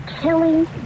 killing